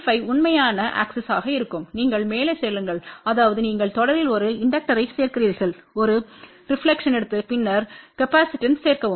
5 உண்மையான ஆக்ஸிஸ்சில் இருக்கும் நீங்கள் மேலே செல்லுங்கள் அதாவது நீங்கள் தொடரில் ஒரு இண்டக்டர்யைச் சேர்க்கிறீர்கள் ஒரு ரெப்லக்க்ஷன்ப்பை எடுத்து பின்னர் காப்பாசிட்டன்ஸ்வைச் சேர்க்கவும்